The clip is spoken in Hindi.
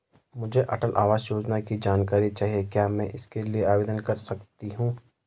मुझे अटल आवास योजना की जानकारी चाहिए क्या मैं इसके लिए आवेदन कर सकती हूँ?